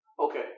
Okay